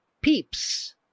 Peeps